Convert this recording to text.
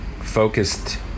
focused